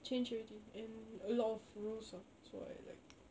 change already and a lot of rules lah so I like